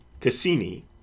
Cassini